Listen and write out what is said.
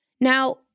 Now